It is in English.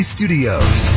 Studios